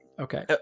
Okay